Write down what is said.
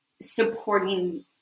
supporting